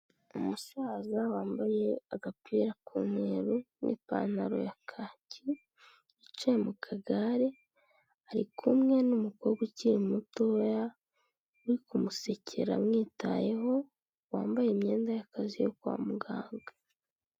Umusaza wambaye agapira k'umweru n'ipantaro ya kaki wicaye mu kagare, ari kumwe n'umukobwa ukiri mutoya uri kumusekera amwitayeho, wambaye imyenda y'akazi yo kwa muganga.